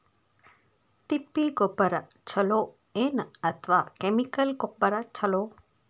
ತಿಪ್ಪಿ ಗೊಬ್ಬರ ಛಲೋ ಏನ್ ಅಥವಾ ಕೆಮಿಕಲ್ ಗೊಬ್ಬರ ಛಲೋ?